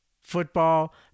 football